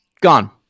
gone